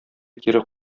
кире